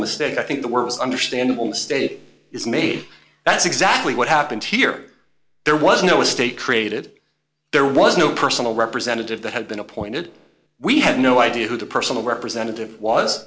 mistake i think the words understandable mistake is made that's exactly what happened here there was no estate created there was no personal representative that had been appointed we had no idea who the personal representative was